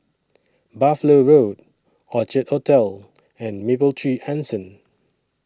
Buffalo Road Orchard Hotel and Mapletree Anson